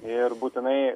ir būtinai